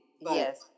Yes